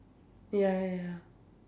ya ya ya